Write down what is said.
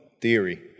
theory